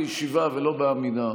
קודם כול בישיבה ולא בעמידה.